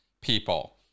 people